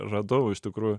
radau iš tikrųjų